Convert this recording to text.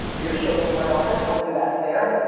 you're gonna show me in my office, hopefully that's there.